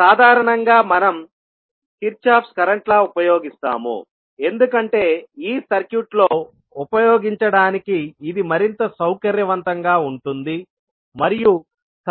సాధారణంగా మనం Kirchhoff's current law ఉపయోగిస్తాము ఎందుకంటే ఈ సర్క్యూట్ లో ఉపయోగించడానికి ఇది మరింత సౌకర్యవంతంగా ఉంటుంది మరియు